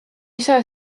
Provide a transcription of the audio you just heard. isa